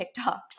TikToks